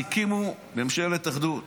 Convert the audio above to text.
הקימו ממשלת אחדות.